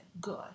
Good